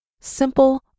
simple